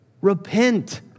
Repent